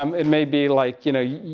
um it may be like, you know,